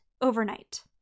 overnight